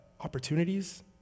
opportunities